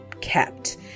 kept